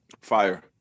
Fire